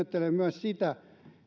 sitä että euroopan